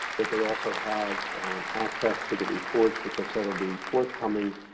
that they also have access to the reports, which i said, will be forthcoming.